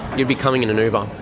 you'd be coming in an uber.